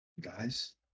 guys